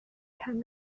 can